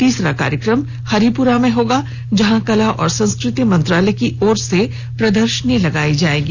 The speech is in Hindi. तीसरा कार्यक्रम हरिपुरा में होगा जहां कला एवं संस्कृति मंत्रालय की ओर से प्रदर्शनी लगाई जायेगी